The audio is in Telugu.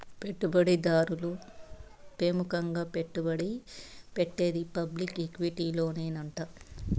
పెట్టుబడి దారులు పెముకంగా పెట్టుబడి పెట్టేది పబ్లిక్ ఈక్విటీలోనేనంట